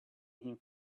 him